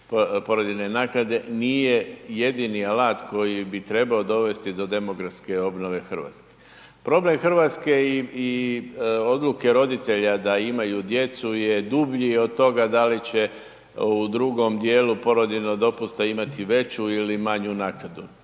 porodiljne naknade, nije jedini alat koji bi trebao dovesti do demografske obnove Hrvatske. Problem Hrvatske i odluke roditelja da imaju djecu je dublji od toga da li će u drugom djelu porodiljnog dopusta imati veću ili manju naknadu.